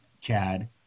Chad